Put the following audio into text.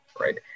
right